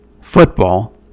football